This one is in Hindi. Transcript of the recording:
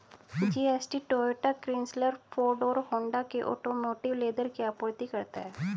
जी.एस.टी टोयोटा, क्रिसलर, फोर्ड और होंडा के ऑटोमोटिव लेदर की आपूर्ति करता है